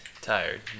Tired